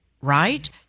right